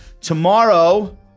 Tomorrow